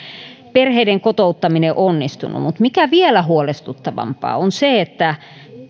perheiden kotouttaminen onnistunut mutta se mikä on vielä huolestuttavampaa on se että